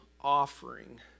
offering